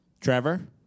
Trevor